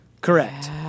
Correct